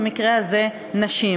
במקרה הזה נשים.